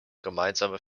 gemeinsame